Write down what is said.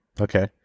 Okay